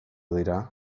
dira